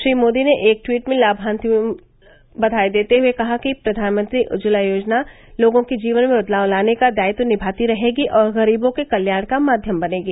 श्री मोदी ने एक ट्वीट में लाभान्वितों को बधाई देते हुए कहा कि प्रधानमंत्री उज्ज्वला योजना लोगों के जीवन में बदलाव लाने का दायित्व निभाती रहेगी और गरीबों के कल्याण का माध्यम बनेगी